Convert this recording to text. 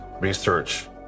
research